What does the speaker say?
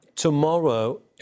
Tomorrow